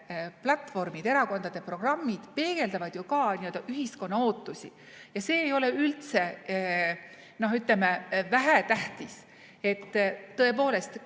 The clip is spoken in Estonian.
platvormid, erakondade programmid peegeldavad ju ka ühiskonna ootusi. Ja see ei ole üldse vähetähtis, et tõepoolest